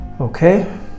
Okay